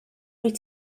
dwyt